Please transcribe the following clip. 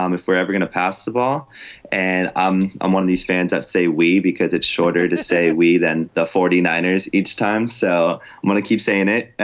um if we're ever gonna pass the ball and um i'm one of these fans i'd say we because it's shorter to say we than the forty nine ers each time so i want to keep saying it.